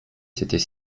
c’était